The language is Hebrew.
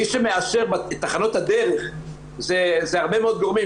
מי שמאשר את תחנות הדרך זה הרבה מאוד גורמים,